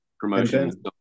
promotion